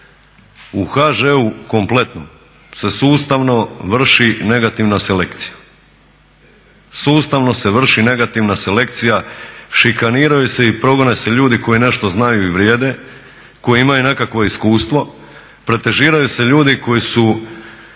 u HŽ-u kompletnom se sustavno vrši negativna selekcija. Sustavno se vrši negativna selekcija, šikaniraju se i progone ljudi koji nešto znaju i vrijede, koji imaju nekakva iskustva, protežiraju se ljudi koji su